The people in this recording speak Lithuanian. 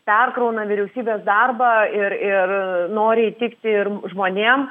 perkrauna vyriausybės darbą ir ir nori įtikti ir žmonėm